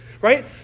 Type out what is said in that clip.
Right